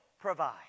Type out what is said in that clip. provide